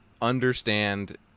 understand